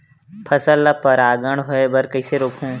फसल ल परागण होय बर कइसे रोकहु?